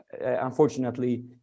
unfortunately